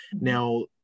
Now